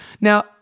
Now